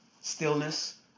stillness